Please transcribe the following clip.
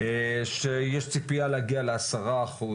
שיש ציפייה להגיע ל-10%